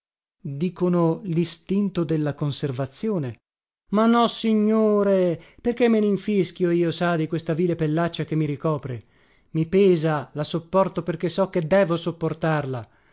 dicono listinto della conservazione ma nossignore perché me ninfischio io sa di questa vile pellaccia che mi ricopre i pesa la sopporto perché so che devo sopportarla